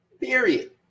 period